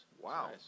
Wow